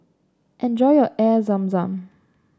enjoy your Air Zam Zam